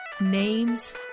Names